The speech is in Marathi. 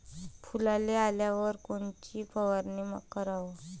फुलाले आल्यावर कोनची फवारनी कराव?